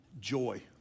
Joy